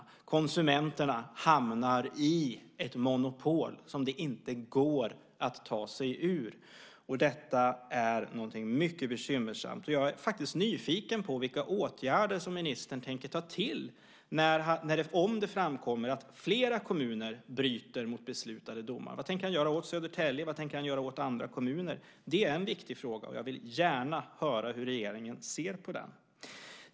Konsumenterna hamnar i ett monopol som det inte går att ta sig ur, och detta är något mycket bekymmersamt. Jag är faktiskt nyfiken på vilka åtgärder som ministern tänker ta till om det framkommer att flera kommuner bryter mot beslutade domar. Vad tänker han göra åt Södertälje? Vad tänker han göra åt andra kommuner? Det är en viktig fråga, och jag vill gärna höra hur regeringen ser på den.